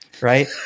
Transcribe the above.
Right